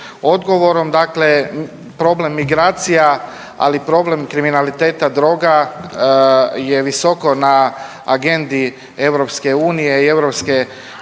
odgovorom. Dakle, problem migracija, ali i problem kriminaliteta droga je visoko na agendi EU i